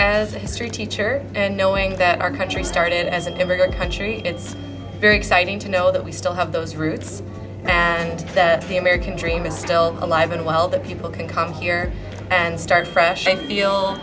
as a history teacher and knowing that our country started as a neighborhood country it's very exciting to know that we still have those roots and that the american dream is still alive and well the people can come here and start fresh